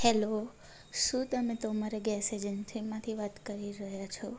hello શું તમે Tomar gas એજન્સીમાંથી વાત કરી રહ્યા છો